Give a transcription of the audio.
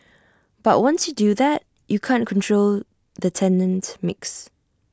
but once you do that you can't control the tenant mix